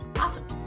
awesome